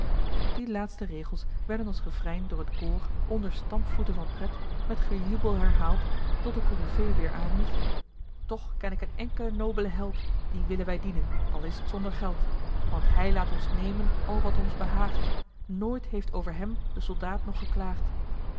die laatste regels werden als refrein door het koor onder stampvoeten van pret met gejubel herhaald tot de coryphee weêr aanhief toch ken ik een enkelen nobelen held dien willen wij dienen al is t zonder geld want hij laat ons nemen al wat ons behaagt nooit heeft over hem de soldaat nog geklaagd